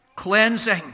cleansing